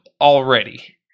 already